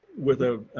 with a,